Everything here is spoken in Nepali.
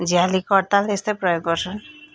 झ्याली करताल यस्तै प्रयोग गर्छन्